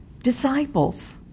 disciples